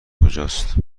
کجاست